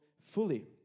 fully